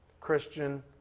Christian